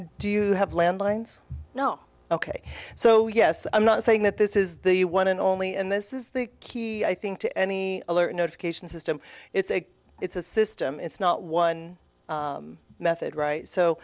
do you have landlines no ok so yes i'm not saying that this is the one and only and this is the key i think to any notification system it's a it's a system it's not one method right so